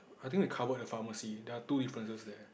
I think the cover the pharmacy there are two differences there